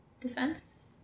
defense